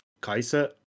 kaiser